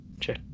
Sure